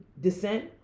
descent